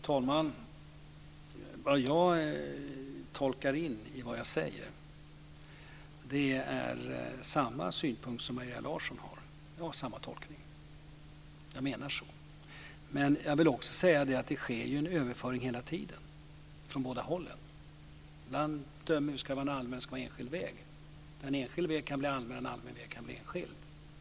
Fru talman! Det jag säger ska tolkas som samma synpunkt som Maria Larsson har. Jag menar så. Men jag vill också säga att det sker en överföring hela tiden, från båda hållen. En enskild väg kan bli allmän. En allmän väg kan bli enskild.